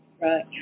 right